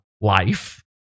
life